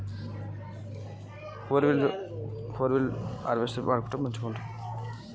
Post harvesting technique ఎలా ఉపయోగించుకోవాలి?